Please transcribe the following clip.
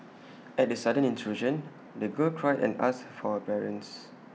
at the sudden intrusion the girl cried and asked for her parents